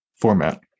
format